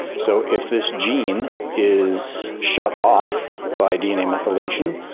so if this gene is shut off by dna methylation,